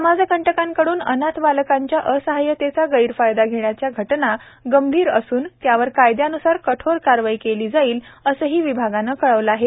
समाजकटकांकडून अनाथ बालकांच्या असहाय्यतेचा गैरफायदा घेण्याच्या घटना गंभीर असून त्यावर कायद्यान्सार कठोर कारवाई केली जाईल असेही विभागाने कळवले आहे